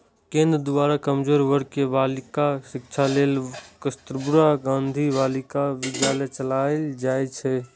केंद्र द्वारा कमजोर वर्ग के बालिकाक शिक्षा लेल कस्तुरबा गांधी बालिका विद्यालय चलाएल जाइ छै